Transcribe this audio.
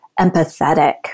empathetic